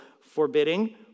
forbidding